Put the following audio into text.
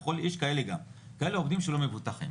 יש כאלה גם, עובדים שלא מבוטחים.